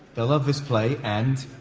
they'll love this play and,